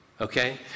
Okay